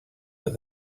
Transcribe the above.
but